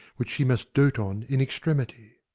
which she must dote on in extremity.